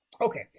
Okay